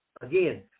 Again